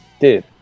Dude